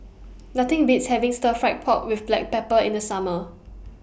Nothing Beats having Stir Fried Pork with Black Pepper in The Summer